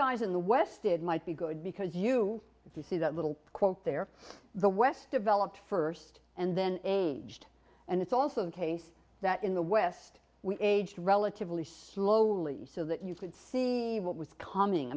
guys in the west did might be good because you if you see that little quote there the west developed first and then age two and it's also the case that in the west we age relatively slowly so that you could see what was coming i